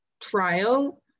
trial